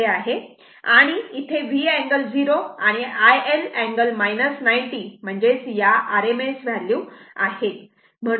आणि V angle 0 आणि iL angle 90 म्हणजेच या RMS व्हॅल्यू आहेत